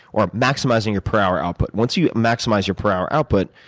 or maximizing your per-hour output. once you maximize your per-hour output,